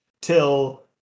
till